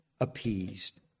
appeased